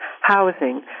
housing